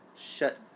shut